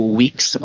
weeks